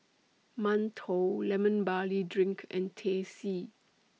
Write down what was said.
mantou Lemon Barley Drink and Teh C